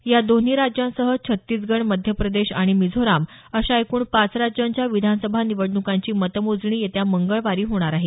या दोन्ही राज्यांसह छत्तीसगड मध्यप्रदेश आणि मिझोराम अशा एकूण पाच राज्यांच्या विधानसभा निवडणुकांची मतमोजणी येत्या मंगळवारी होणार आहे